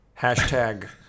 Hashtag